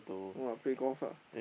no lah play golf ah